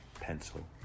Pencil